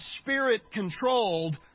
spirit-controlled